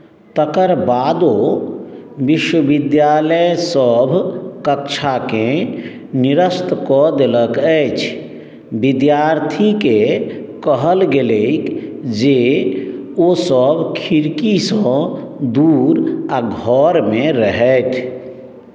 तकर बादो विश्वविद्यालयसभ कक्षाकेँ निरस्त कऽ देलक अछि विद्यार्थीके कहल गेलैक जे ओसभ खिड़कीसँ दूर आ घरमे रहथि